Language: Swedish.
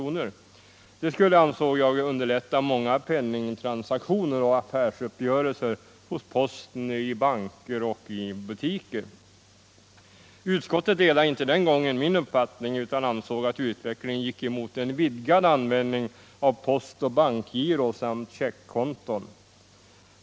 500 kronorssedeln skulle, ansåg jag, underlätta många penningtransaktioner och affärsuppgörelser hos posten, i banker och i butiker. Utskottet delade inte den gången min uppfattning utan ansåg att utvecklingen gick emot en vidgad användning av postoch bankgiro samt checkkonton.